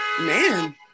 Man